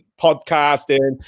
podcasting